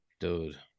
dude